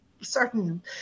certain